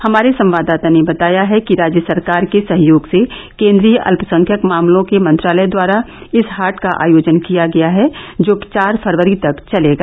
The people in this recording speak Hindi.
हमारे संवाददाता ने बताया है कि राज्य सरकार के सहयोग से केंद्रीय अल्पसंख्यक मामलों के मंत्रालय द्वारा इस हाट का आयोजन किया गया है जो चार फरवरी तक चलेगा